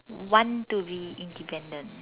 want to be independent